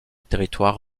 territoire